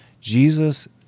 Jesus